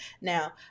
Now